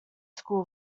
school